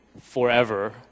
forever